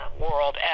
world